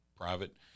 private